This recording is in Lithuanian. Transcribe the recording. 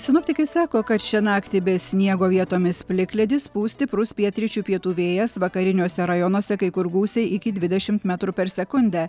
sinoptikai sako kad šią naktį be sniego vietomis plikledis pūs stiprus pietryčių pietų vėjas vakariniuose rajonuose kai kur gūsiai iki dvidešimt metrų per sekundę